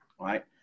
right